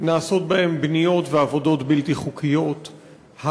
נעשות בהם עבודות בנייה ועבודות בלתי-חוקיות; המתרחצים